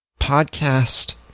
Podcast